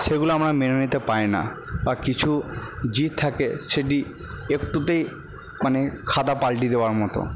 সেগুলো আমরা মেনে নিতে পারি না বা কিছু জিত থাকে সেটি একটুতেই মানে খাতা পালটি দেওয়ার মতো